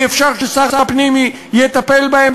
אי-אפשר ששר הפנים יטפל בהם,